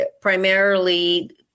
primarily